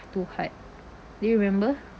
too hard do you remember